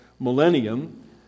Millennium